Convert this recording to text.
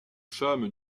femme